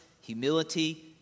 humility